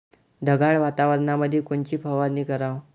ढगाळ वातावरणामंदी कोनची फवारनी कराव?